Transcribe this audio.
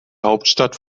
hauptstadt